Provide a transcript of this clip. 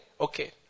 Okay